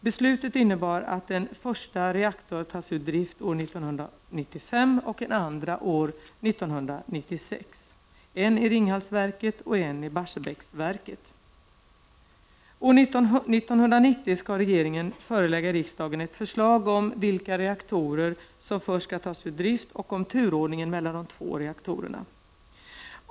Beslutet innebär att en första reaktor tas ur drift år 1995 och en andra år 1996 — en i Ririghalsverket och en i Barsebäcksverket. År 1990 skall regeringen förelägga riksdagen ett förslag om vilka reaktorer som först skall tas ur drift och om turordningen mellan de två reaktorerna.